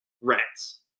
Rats